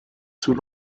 sous